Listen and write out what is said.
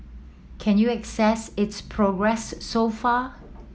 can you assess its progress so far